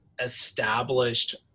established